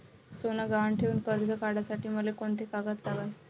सोनं गहान ठेऊन कर्ज काढासाठी मले कोंते कागद लागन?